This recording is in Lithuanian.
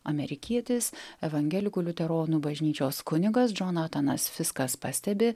amerikietis evangelikų liuteronų bažnyčios kunigas džonatanas fiskas pastebi